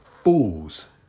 Fools